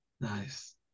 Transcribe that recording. Nice